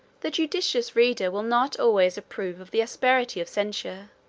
the judicious reader will not always approve of the asperity of censure,